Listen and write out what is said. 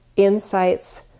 insights